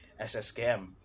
SSKM